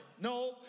No